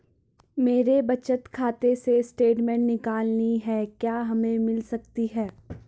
मेरे बचत खाते से स्टेटमेंट निकालनी है क्या हमें मिल सकती है?